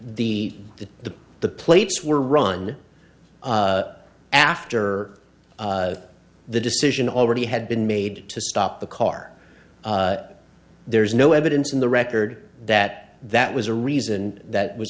the the plates were run after the decision already had been made to stop the car there is no evidence in the record that that was a reason that was